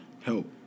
help